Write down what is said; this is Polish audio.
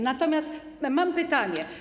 Natomiast mam pytanie.